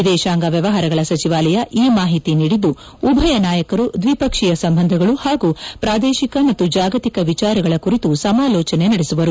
ವಿದೇಶಾಂಗ ವ್ಯವಹಾರಗಳ ಸಚಿವಾಲಯ ಈ ಮಾಹಿತಿ ನೀಡಿದ್ದು ಉಭಯ ನಾಯಕರು ದ್ವಿಪಕ್ಷೀಯ ಸಂಬಂಧಗಳು ಹಾಗೂ ಪ್ರಾದೇಶಿಕ ಮತ್ತು ಜಾಗತಿಕ ವಿಚಾರಗಳ ಕುರಿತು ಸಮಾಲೋಚನೆ ನಡೆಸುವರು